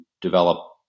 develop